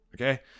Okay